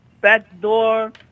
backdoor